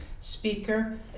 speaker